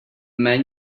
man